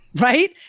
Right